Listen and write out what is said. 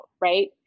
right